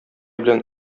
белән